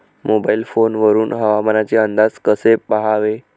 Mobile phone वर हवामानाचे अंदाज कसे पहावे?